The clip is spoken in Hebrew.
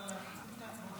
אבל אנחנו עושים שתי הצבעות.